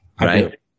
Right